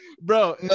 Bro